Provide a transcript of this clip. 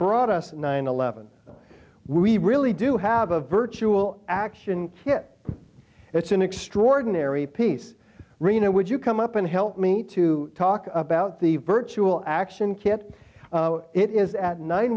brought us nine eleven we really do have a virtual action it's an extraordinary piece rina would you come up and help me to talk about the virtual action kit it is at nine